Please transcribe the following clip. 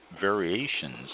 variations